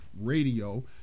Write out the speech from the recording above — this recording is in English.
radio